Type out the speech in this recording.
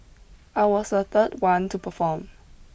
I was the third one to perform